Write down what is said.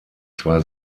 zwei